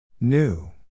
New